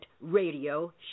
radio